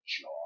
jaw